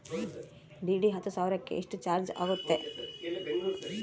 DD ಹತ್ತು ಸಾವಿರಕ್ಕೆ ಎಷ್ಟು ಚಾಜ್೯ ಆಗತ್ತೆ?